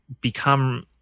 become